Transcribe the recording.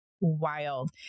wild